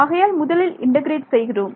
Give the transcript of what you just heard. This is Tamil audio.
ஆகையால் முதலில் இன்டெகிரேட் செய்கிறோம்